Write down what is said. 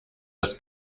das